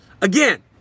Again